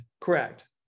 Correct